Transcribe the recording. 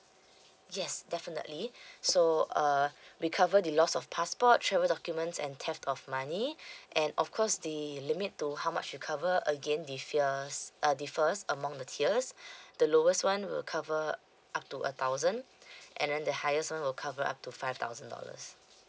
yes definitely so uh we cover the loss of passport travel documents and theft of money and of course the limit to how much you cover again uh differs among the tiers the lowest one will cover up to a thousand and then the highest one will cover up to five thousand dollars